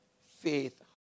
Faith